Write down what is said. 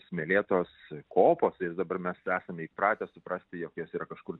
smėlėtos kopos ir dabar mes esame įpratę suprasti jog jos yra kažkur